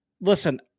listen